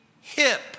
hip